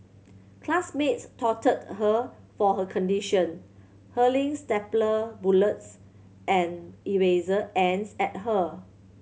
classmates taunted her for her condition hurling stapler bullets and eraser ends at her